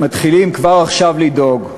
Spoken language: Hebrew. עשר דקות, בבקשה.